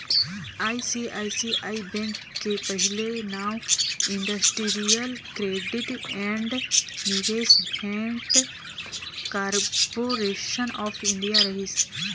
ICICI bank के पहिले नांव industrial credit and investment corporation of India रहिस